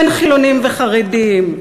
בין חילונים וחרדים.